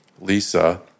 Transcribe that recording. Lisa